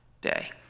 day